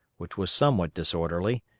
which was somewhat disorderly,